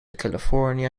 california